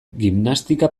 gimnastika